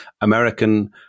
American